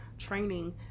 training